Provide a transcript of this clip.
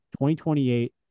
2028